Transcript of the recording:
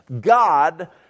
God